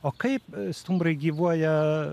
o kaip stumbrai gyvuoja